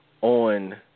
on